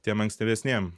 tiem ankstyvesniem